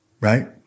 right